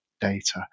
Data